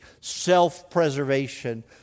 self-preservation